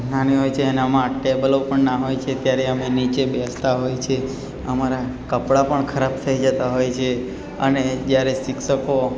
નાની હોય છે એમાં ટેબલો પણ નાના હોય છે ત્યારે અમે નીચે બેસતા હોઈએ છે અમારા કપડા પણ ખરાબ થઈ જતા હોય છે અને જયારે શિક્ષકો